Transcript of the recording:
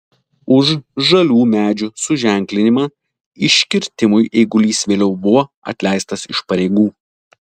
už žalių medžių suženklinimą iškirtimui eigulys vėliau buvo atleistas iš pareigų